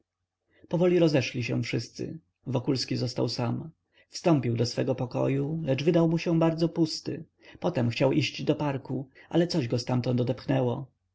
powoli rozeszli się wszyscy wokulski został sam wstąpił do swego pokoju lecz wydał mu się bardzo pusty potem chciał iść do parku ale coś go ztamtąd